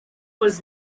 was